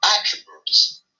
attributes